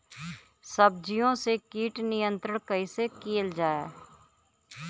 सब्जियों से कीट नियंत्रण कइसे कियल जा?